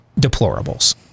deplorables